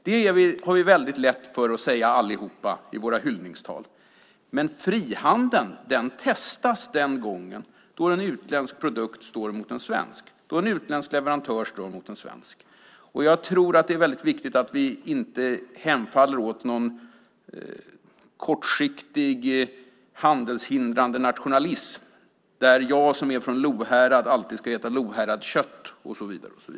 Det har vi allihop lätt för att säga i våra hyllningstal. Men frihandeln testas den gång då en utländsk produkt står mot en svensk och en utländsk leverantör står mot en svensk. Jag tror att det är viktigt att vi inte hemfaller åt någon kortsiktig handelshindrande nationalism där jag som är från Lohärad alltid ska äta Lohäradskött och så vidare.